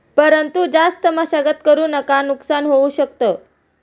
परंतु जास्त मशागत करु नका नुकसान होऊ शकत